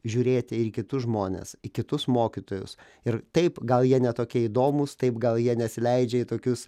žiūrėti ir į kitus žmones į kitus mokytojus ir taip gal jie ne tokie įdomūs taip gal jie nesileidžia į tokius